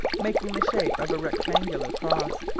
making the shape of a rectangular cross.